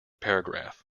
paragraph